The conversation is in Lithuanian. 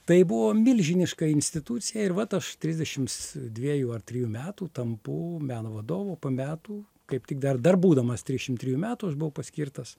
tai buvo milžiniška institucija ir vat aš trisdešims dviejų ar trijų metų tampu meno vadovu po metų kaip tik dar dar būdamas trisdešimt trejų metų aš buvau paskirtas